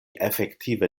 efektive